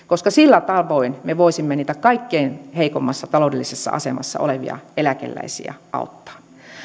koska sillä tavoin me voisimme niitä kaikkein heikoimmassa taloudellisessa asemassa olevia eläkeläisiä auttaa